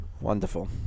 Wonderful